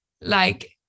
like-